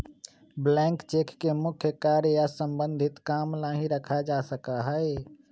blank cheque के मुख्य कार्य या सम्बन्धित काम ला ही रखा जा सका हई